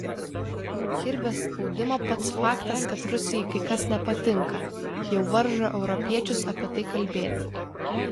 ir be spaudimo pats faktas kad rusijai kai kas nepatinka jau varžo europiečius apie tai kalbėti